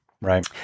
Right